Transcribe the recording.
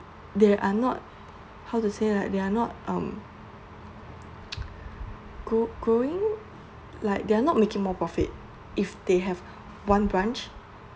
they are how to say like they are not um gro~ growing like they're not making more profit if they have one branch